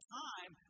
time